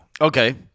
Okay